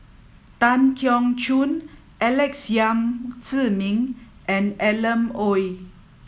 Tan Keong Choon Alex Yam Ziming and Alan Oei